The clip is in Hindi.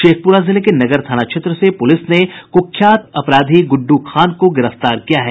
शेखपुरा जिले के नगर थाना क्षेत्र से पुलिस ने कुख्यात अपराधी गुड्डू खान को गिरफ्तार किया है